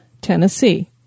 Tennessee